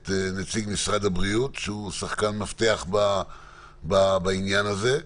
את נציג משרד הבריאות שהוא שחקן מפתח בעניין הזה.